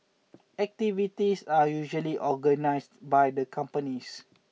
activities are usually organised by the companies